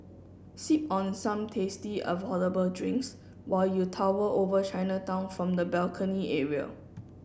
sip on some tasty affordable drinks while you tower over Chinatown from the balcony area